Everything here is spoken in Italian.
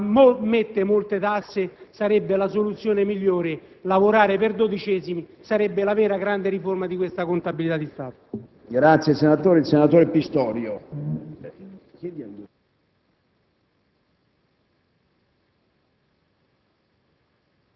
per questa finanziaria, che non comprime la spesa ma mette molte tasse, sarebbe la soluzione migliore: lavorare per dodicesimi sarebbe la vera grande riforma di questa contabilità di Stato.